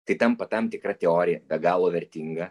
tai tampa tam tikra teorija be galo vertinga